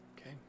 okay